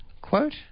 quote